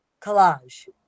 collage